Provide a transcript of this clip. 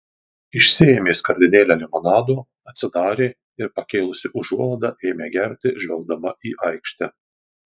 išsiėmė skardinėlę limonado atsidarė ir pakėlusi užuolaidą ėmė gerti žvelgdama į aikštę